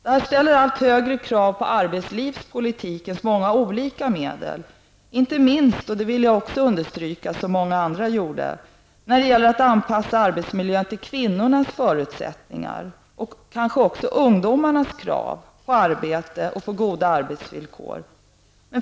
Detta ställer allt högre krav på arbetslivspolitikens många olika medel, inte minst -- och det vill också jag, liksom många andra gjorde, understryka -- då det gäller att anpassa arbetsmiljön till kvinnornas förutsättningar och kanske också till ungdomarnas krav på arbete och goda arbetsvillkor.